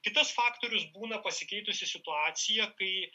kitas faktorius būna pasikeitusi situacija kai